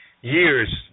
years